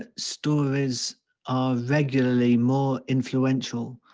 ah stories are regularly more influential